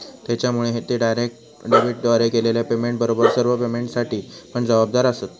त्येच्यामुळे ते डायरेक्ट डेबिटद्वारे केलेल्या पेमेंटबरोबर सर्व पेमेंटसाठी पण जबाबदार आसंत